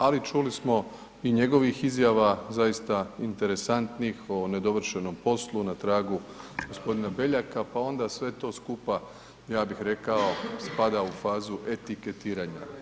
Ali čuli smo i njegovih izjava zaista interesantnih o nedovršenom poslu na tragu gospodina BEljaka pa onda sve to skupa, ja bih rekao, spada u fazu etiketiranja.